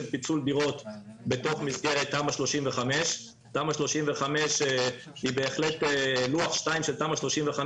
פיצול דירות בתוך מסגרת תמ"א 35. לוח 2 של תמ"א 35,